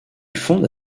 fonde